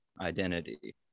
identity